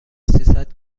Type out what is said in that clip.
سیصد